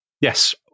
Yes